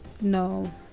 No